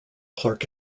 clarke